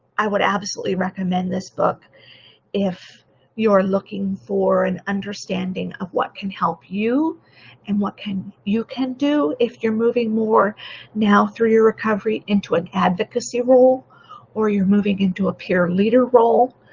i would absolutely recommend this book if you are looking for an understanding of what can help you and what you can do if you're moving more now through your recovery into an advocacy role or you're moving into a peer leader role.